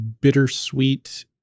bittersweet